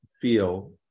feel